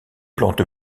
plante